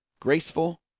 Graceful